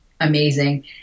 amazing